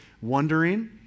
wondering